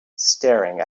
staring